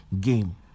game